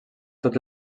tots